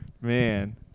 Man